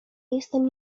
jestem